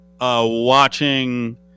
Watching